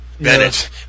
Bennett